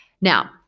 Now